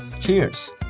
Cheers